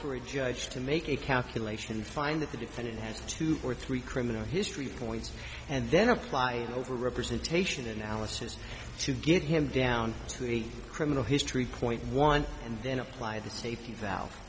for a judge to make a calculation find that the defendant has two or three criminal history points and then apply overrepresentation analysis to get him down to eight criminal history point one and then apply the safety valve